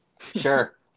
Sure